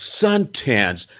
suntans